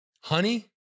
honey